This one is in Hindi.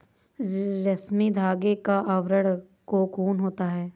रेशमी धागे का आवरण कोकून होता है